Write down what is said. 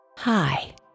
Hi